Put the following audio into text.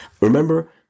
remember